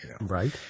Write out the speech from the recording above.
right